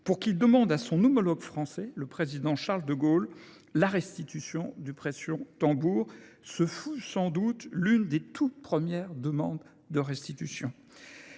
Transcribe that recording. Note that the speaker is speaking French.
pour qu'il demande à son homologue français, le président Charles de Gaulle, la restitution du pression-tambour. Ce fut sans doute l'une des toutes premières demandes de restitution.